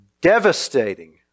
devastating